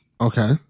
okay